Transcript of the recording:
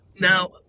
Now